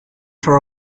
for